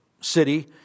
city